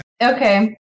Okay